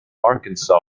arkansas